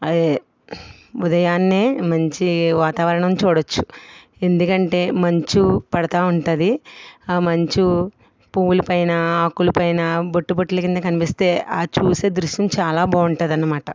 అది ఉదయాన్నే మంచి వాతావరణం చూడచ్చు ఎందుకంటే మంచు పడుతు ఉంటుంది ఆ మంచు పువ్వులపైన ఆకులపైన బొట్టు బొట్లు కింద కనిపిస్తే అది చూసే దృశ్యం చాలా బాగుంటుంది అన్నమాట